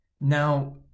now